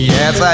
Yes